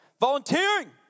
volunteering